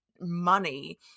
money